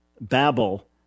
Babel